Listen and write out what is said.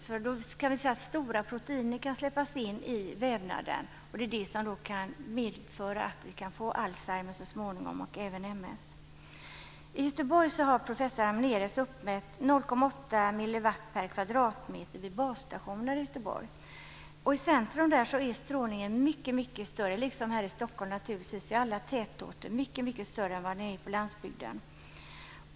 Det innebär att stora proteiner kan släppas in i vävnaden, och det kan medföra att vi får Alzheimer eller MS så småningom. I Göteborg har professor Hamnerius uppmätt centrum är strålningen mycket högre, liksom här i Stockholm och i alla tätorter. Den är mycket större där än vad den är på landsbygden.